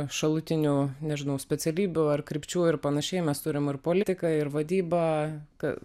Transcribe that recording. šalutinių nežinau specialybių ar krypčių ir panašiai mes turim ir politiką ir vadybą